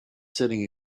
sitting